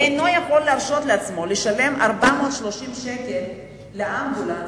ואינו יכול להרשות לעצמו לשלם 430 שקל לאמבולנס,